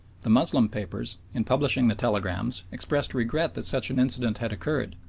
the moslem papers, in publishing the telegrams, expressed regret that such an incident had occurred,